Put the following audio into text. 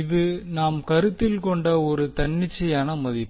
இது நாம் கருத்தில் கொண்ட ஒரு தன்னிச்சையான மதிப்பு